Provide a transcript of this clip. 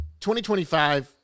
2025